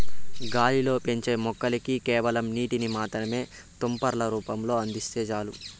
గాలిలో పెంచే మొక్కలకి కేవలం నీటిని మాత్రమే తుంపర్ల రూపంలో అందిస్తే చాలు